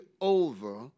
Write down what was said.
over